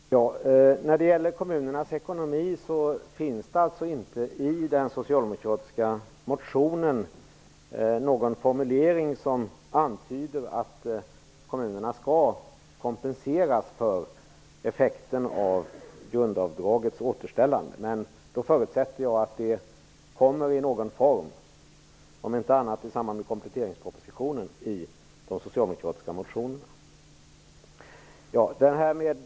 Fru talman! När det gäller kommunernas ekonomi finns det inte i den socialdemokratiska motionen någon formulering som antyder att kommunerna skall kompenseras för effekten av grundavdragets återställande. Men jag förutsätter att det skall komma i någon form, om inte annat i samband med kompletteringspropositionen i de socialdemokratiska motionerna.